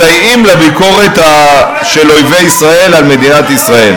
מסייעים לביקורת של אויבי ישראל על מדינת ישראל.